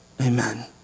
Amen